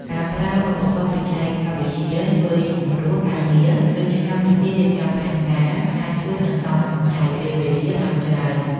ការប្រើប្រាស់ឧបករណ៍បច្ចេកវិទ្យាជួយសម្រួលការងារ ដូចជាកម្មវិធីរៀបចំផែនការ អាចជួយសន្សំសំចៃពេលវេលាបានច្រើន។